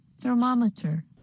thermometer